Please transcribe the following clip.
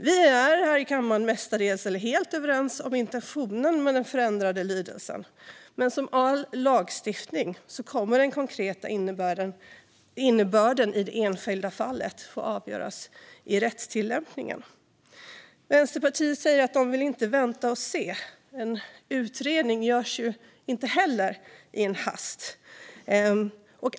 Vi är här i kammaren mestadels eller helt överens om intentionen med den förändrade lydelsen, men precis som när det gäller all lagstiftning kommer den konkreta innebörden i det enskilda fallet att få avgöras i rättstillämpningen. Vänsterpartiet säger att de inte vill vänta och se. Men en utredning görs inte heller i en hast.